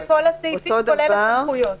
4 בפסקה (3)